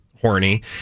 horny